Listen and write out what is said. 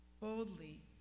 boldly